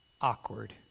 awkward